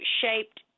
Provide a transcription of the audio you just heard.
shaped